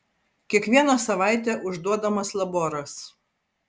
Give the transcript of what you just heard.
kiekvieną savaitę užduodamas laboras